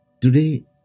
Today